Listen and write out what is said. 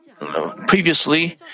previously